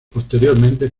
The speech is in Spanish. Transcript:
posteriormente